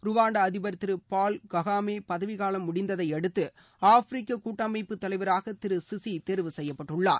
Rwanda அதிபர் திரு Paul Kagame பதவி காலம் முடிந்ததை அடுத்து அழப்பிரிக்க கூட்டமைப்பு தலைவராக திரு சிசி தேர்வு செய்யப்பட்டிருக்கிறார்